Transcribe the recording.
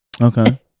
okay